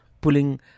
pulling